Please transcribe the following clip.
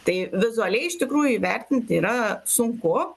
tai vizualiai iš tikrųjų įvertinti yra sunku